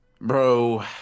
bro